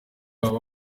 baba